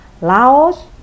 Laos